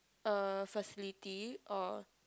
er facility or